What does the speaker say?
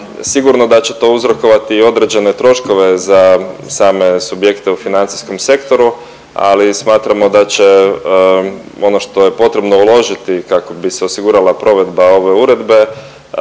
Sigurno da će to uzrokovati i određene troškove za same subjekte u financijskom sektoru, ali smatramo da će ono što je potrebno uložiti kako bi se osigurala provedba ove uredbe